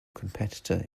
competitor